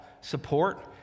support